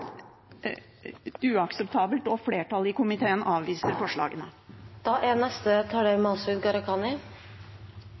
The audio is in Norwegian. flertallet i komiteen avviser forslagene.